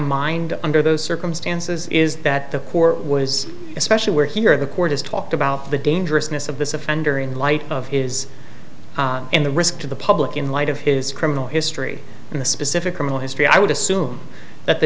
mind under those circumstances is that the poor was especially where here the court has talked about the dangerousness of this offender in light of his and the risk to the public in light of his criminal history and the specific criminal history i would assume that the